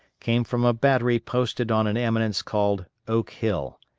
came from a battery posted on an eminence called oak hill,